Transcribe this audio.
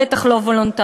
בטח לא וולונטרי.